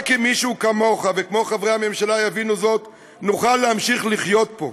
רק אם מישהו כמוך וכמו חברי הממשלה יבינו זאת נוכל להמשיך לחיות פה.